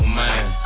man